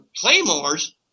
claymores